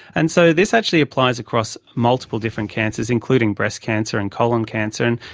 and so this actually applies across multiple different cancers, including breast cancer and colon cancer, and